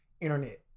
internet